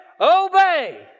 Obey